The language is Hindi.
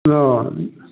हाँ